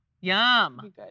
yum